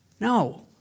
No